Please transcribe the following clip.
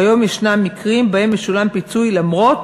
כיום יש מקרים שבהם משולם פיצוי למרות